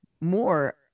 more